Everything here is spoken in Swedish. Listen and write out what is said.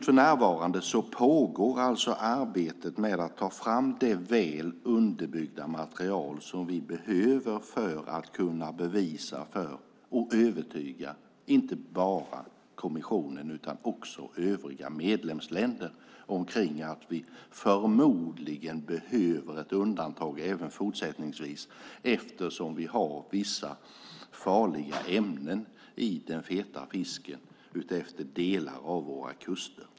För närvarande pågår arbetet med att ta fram det väl underbyggda material vi behöver för att kunna bevisa och övertyga inte bara kommissionen utan också övriga medlemsländer om att vi även fortsättningsvis förmodligen behöver ett undantag eftersom det finns vissa farliga ämnen i den feta fisken utefter delar av våra kuster.